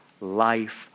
life